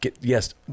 Yes